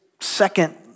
second